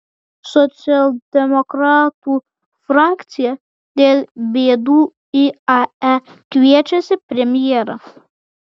socialdemokratų frakcija dėl bėdų iae kviečiasi premjerą